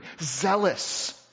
zealous